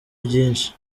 byinshi